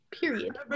Period